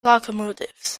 locomotives